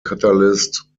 catalyst